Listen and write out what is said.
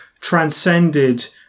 transcended